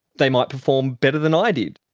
they might perform better than i did.